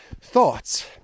thoughts